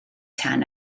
tan